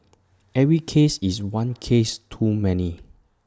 every case is one case too many